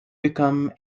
become